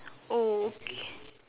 oh ok~